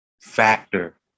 factor